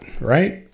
right